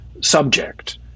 subject